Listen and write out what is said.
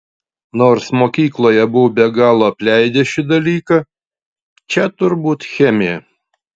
nors mokykloje buvau be galo apleidęs šį dalyką čia turbūt chemija